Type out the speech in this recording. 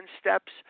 steps